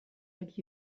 like